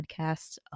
podcasts